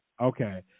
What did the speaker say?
Okay